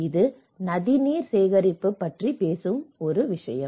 இது நதி நீர் சேகரிப்பு பற்றி பேசுகிறது